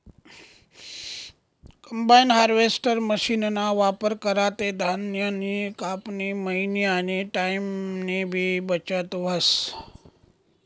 combine harvester मशीनना वापर करा ते धान्यनी कापनी, मयनी आनी टाईमनीबी बचत व्हस